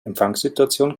empfangssituation